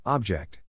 Object